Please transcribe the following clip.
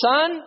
Son